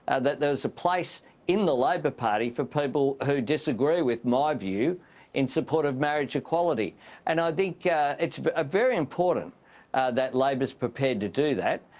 and that there was a place in the labor party for people who disagree with my view in support of marriage equality and i think it's very important that labor's prepared to do that.